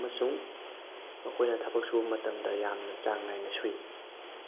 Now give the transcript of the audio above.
ꯑꯃꯁꯨꯡ ꯃꯈꯣꯏꯅ ꯊꯕꯛ ꯁꯨꯕ ꯃꯇꯝꯗ ꯌꯥꯝꯅ ꯆꯥꯡ ꯅꯥꯏꯅ ꯁꯨꯏ